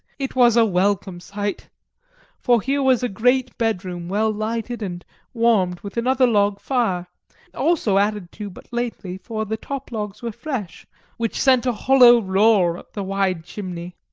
it was a welcome sight for here was a great bedroom well lighted and warmed with another log fire also added to but lately, for the top logs were fresh which sent a hollow roar up the wide chimney.